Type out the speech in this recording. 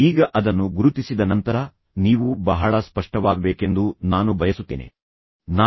ಈಗ ಅದನ್ನು ಗುರುತಿಸಿದ ನಂತರ ನೀವು ಬಹಳ ಸ್ಪಷ್ಟವಾಗಬೇಕೆಂದು ನಾನು ಬಯಸುತ್ತೇನೆ ಎಂಬ ಮುಂದಿನ ಪರಿಕಲ್ಪನೆಯನ್ನು ತಿಳಿಸೋಣ